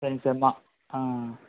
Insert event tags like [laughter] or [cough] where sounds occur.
சரிங்க சார் [unintelligible] ஆ